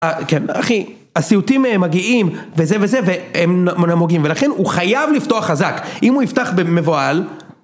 כן, אחי, הסיוטים מגיעים, וזה וזה, והם נמוגים, ולכן הוא חייב לפתוח חזק, אם הוא יפתח מבוהל...